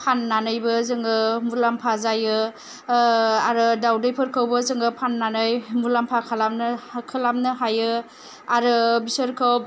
फाननानैबो जोङो मुलामफा जायो आरो दाउदैफोरखौबो फाननानै मुलामफा खालामनो हायो आरो बिसोरखौ